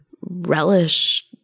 relish